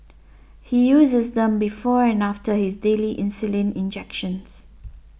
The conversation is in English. he uses them before and after his daily insulin injections